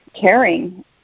caring